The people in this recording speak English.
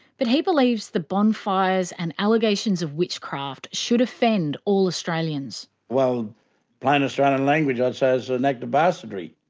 but he believes the bonfires and allegations of witchcraft should offend all australians. well, in plain australian language i'd say as an act of bastardry.